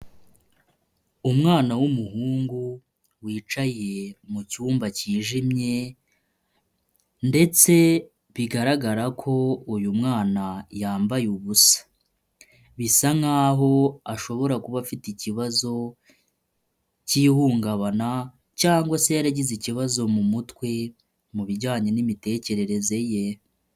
Umwana wumuhungu wicaye mucyumba cyijimye ndetse bigaragara ko uyu mwana yambaye ubusa, bisa nkaho ashobora kuba afite ikibazo cy'ihungabana cyangwa se yaragize ikibazo mu mutwe mu bijyanye n'imitekerereze ye.